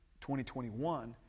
2021